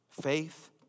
faith